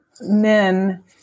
men